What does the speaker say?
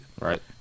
Right